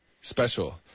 Special